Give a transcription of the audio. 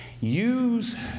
use